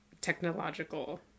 technological